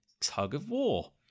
tug-of-war